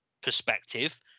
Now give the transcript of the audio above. perspective